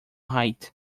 height